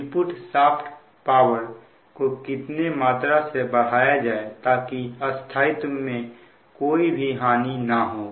input shaft power को कितने मात्रा से बढ़ाया जाए ताकि स्थायित्व में कोई भी हानि ना हो